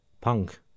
Punk